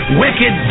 wicked